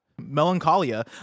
Melancholia